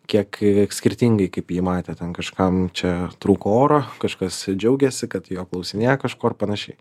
kiek skirtingai kaip jį matė ten kažkam čia trūko oro kažkas džiaugėsi kad jo klausinėja kažko ar panašiai